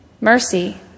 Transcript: mercy